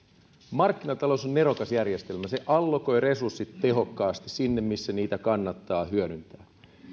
markkinatalous on nerokas järjestelmä se allokoi resurssit tehokkaasti sinne missä niitä kannattaa hyödyntää